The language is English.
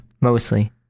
Mostly